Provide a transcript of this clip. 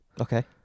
Okay